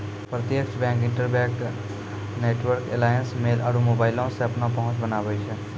प्रत्यक्ष bank, interbank network alliance, mail आरु मोबाइलो से अपनो पहुंच बनाबै छै